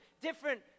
different